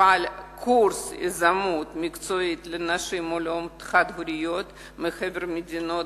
הופעל קורס יזמות מקצועי לנשים עולות חד-הוריות מחבר המדינות.